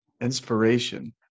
inspiration